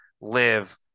live